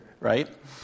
right